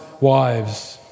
wives